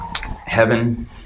Heaven